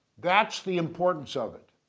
that's the importance of it.